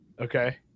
Okay